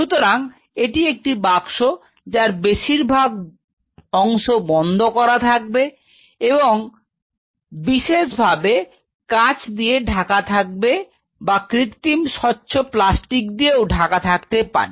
সুতরাং এটি একটি বাক্স যার বেশির ভাগ বন্ধ করা থাকবে এবং বিশেষভাবে কাঁচ দিয়ে ঢাকা থাকবে বা কৃত্রিম স্বচ্ছ প্লাস্টিক দিয়েও ঢাকা থাকতে পারে